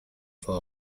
for